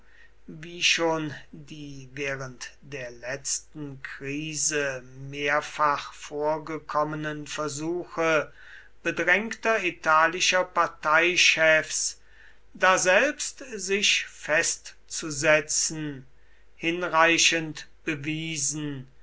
wie schon die während der letzten krise mehrfach vorgekommenen versuche bedrängter italischer parteichefs daselbst sich festzusetzen hinreichend bewiesen